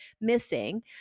missing